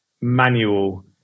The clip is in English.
manual